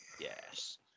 Yes